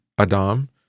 Adam